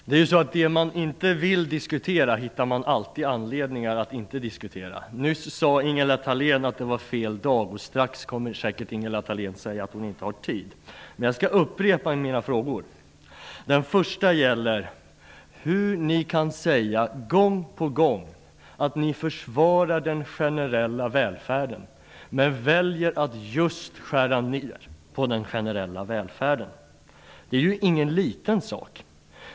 Herr talman! Det man inte vill diskutera hittar man alltid anledningar till att inte diskutera. Nyss sade Ingela Thalén att det var fel dag. Strax kommer säkert Ingela Thalén att säga att hon inte har tid. Men jag skall upprepa mina frågor. För det första: Hur kan ni gång på gång säga att ni försvarar den generella välfärden medan ni väljer att just skära ner på den generella välfärden? Det är ju ingen liten sak.